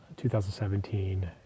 2017